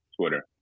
Twitter